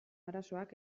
arazoak